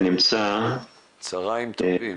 צהריים טובים.